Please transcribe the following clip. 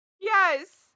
Yes